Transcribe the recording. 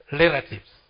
relatives